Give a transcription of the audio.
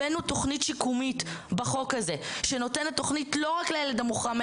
הבנו תוכנית שיקומית בחוק הזה שנותנת תוכנית לא רק לילד המוחרם,